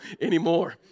anymore